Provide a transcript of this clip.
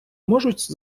можуть